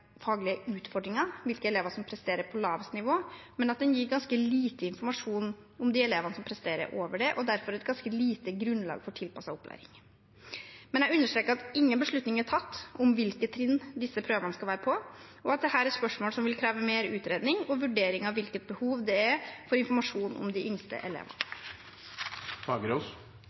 faglige utfordringer, hvilke elever som presterer på lavt nivå, men at de gir ganske lite informasjon om de elevene som presterer over det, og derfor et ganske lite grunnlag for tilpasset opplæring. Men jeg understreker at ingen beslutning er tatt om hvilke trinn disse prøvene skal være på, og at dette er spørsmål som vil kreve mer utredning og vurdering av hvilket behov det er for informasjon om de yngste elevene.